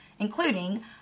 including